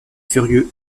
furieux